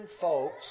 folks